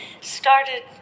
started